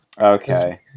Okay